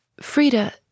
Frida